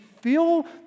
feel